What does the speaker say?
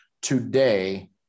today